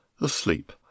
asleep